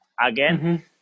again